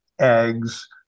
eggs